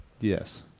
Yes